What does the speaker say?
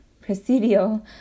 presidio